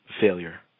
failure